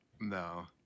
No